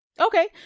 Okay